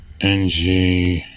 NG